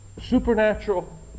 Supernatural